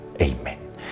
Amen